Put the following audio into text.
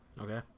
Okay